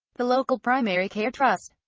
the local primary care trust.